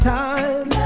time